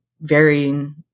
varying